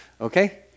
Okay